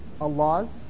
Allah's